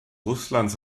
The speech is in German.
russlands